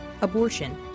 abortion